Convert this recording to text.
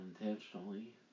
intentionally